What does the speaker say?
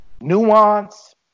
nuance